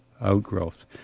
outgrowth